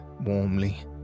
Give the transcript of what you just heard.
warmly